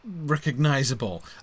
recognizable